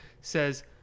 says